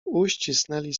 uścisnęli